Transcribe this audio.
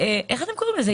איך אתם קוראים לזה?